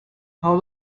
how